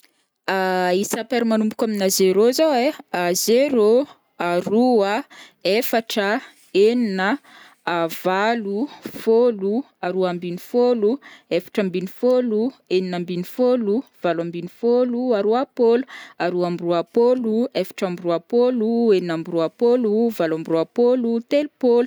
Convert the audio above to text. isa paire manomboka amina zéro zao ai: zéro, aroa, efatra, enina, valo, fôlo, aroa ambiny fôlo, efatra ambiny fôlo, enina ambiny fôlo, valo ambiny fôlo, aroa-pôlo, aroa amby roa-pôlo, efatra amby roa-pôlo, enina amby roa-pôlo, valo amby roa-pôlo, telopôlo.